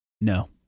No